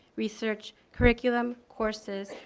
research, curriculum, courses,